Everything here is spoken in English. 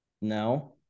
No